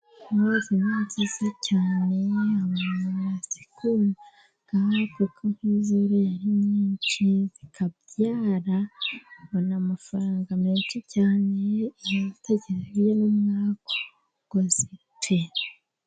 Inkwavu ni nziza cyane abantu barazikunda, kuko iyo uzoroye ari nyinshi zikabyara, ubona amafaranga menshi cyane iyo udahuye n'umwaku ngo zipfe.